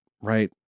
right